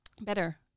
better